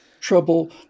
trouble